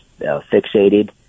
fixated